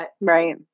Right